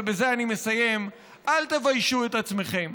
ובזה אני מסיים: אל תביישו את עצמכם.